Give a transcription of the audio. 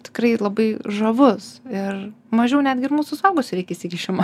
tikrai labai žavus ir mažiau netgi ir mūsų suaugusių reik įsikišimo